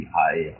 high